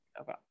Okay